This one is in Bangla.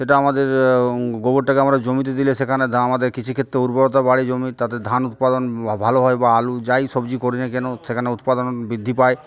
সেটা আমাদের গোবরটাকে আমরা জমিতে দিলে সেখানে আমাদের কৃষিক্ষেত্রে উর্বরতা বাড়ে জমি তাতে ধান উৎপাদন ভালো হয় বা আলু যাই সবজি করে না কেন সেখানে উৎপাদন বৃদ্ধি পায়